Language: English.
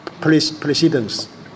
precedence